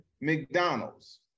McDonald's